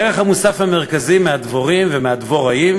הערך המוסף המרכזי של הדבורים והדבוראים